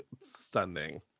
stunning